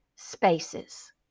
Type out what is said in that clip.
Spaces